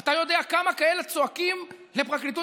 אתה יודע כמה כאלה צועקים לפרקליטות